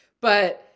but-